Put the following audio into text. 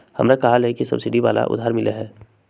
हमरा कलेह ही सब्सिडी वाला उधार मिल लय है